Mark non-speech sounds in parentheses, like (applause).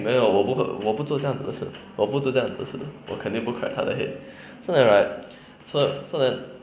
没有我不会我不做这样的事我不做这样的事的我肯定不 crack 他的 head (breath) so then right so so then